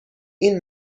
این